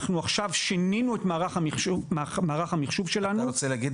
אנחנו עכשיו שינינו את מערך המחשוב שלנו -- אתה רוצה להגיד